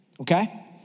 Okay